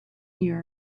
year